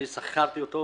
אני שכרתי אותו.